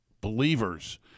believers